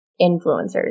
influencers